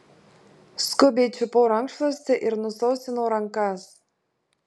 skubiai čiupau rankšluostį ir nusausinau rankas